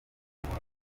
uretse